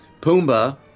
Pumbaa